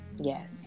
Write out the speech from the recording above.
Yes